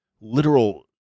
literal